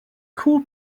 cool